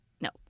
no